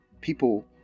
People